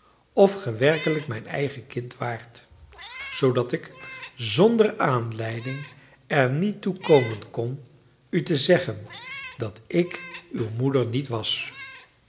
of ge werkelijk mijn eigen kind waart zoodat ik zonder aanleiding er niet toe komen kon u te zeggen dat ik uw moeder niet was